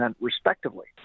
respectively